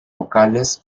vocales